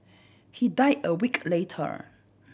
he died a week later